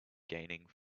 gaining